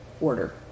Order